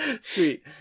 Sweet